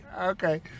Okay